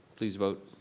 please vote.